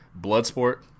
Bloodsport